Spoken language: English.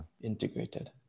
integrated